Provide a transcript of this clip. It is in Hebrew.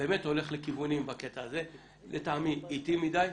באמת הולך לכיוונים בקטע הזה, לטעמי איטי מדי.